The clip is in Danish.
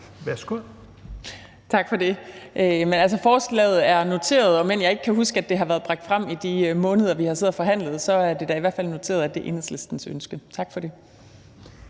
Tak for det.